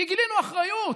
כי גילינו אחריות,